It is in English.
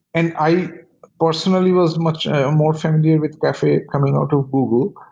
and i personally was much more familiar with cafe coming out of google.